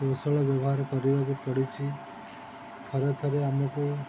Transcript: କୌଶଳ ବ୍ୟବହାର କରିବାକୁ ପଡ଼ିଛି ଥରେ ଥରେ ଆମକୁ